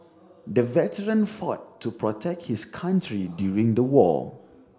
the veteran fought to protect his country during the war